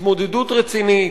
התמודדות רצינית,